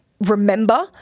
Remember